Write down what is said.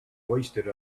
hoisted